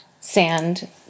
sand